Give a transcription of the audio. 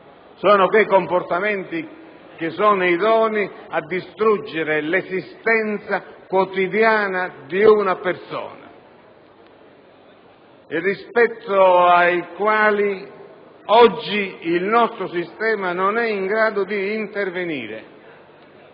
tratta di comportamenti idonei a distruggere l'esistenza quotidiana di una persona, rispetto ai quali oggi il nostro sistema non è in grado di intervenire